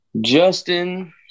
justin